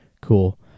cool